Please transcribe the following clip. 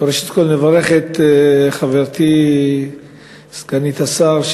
ראשית אברך את חברתי סגנית השר,